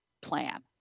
plan